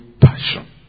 passion